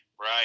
Right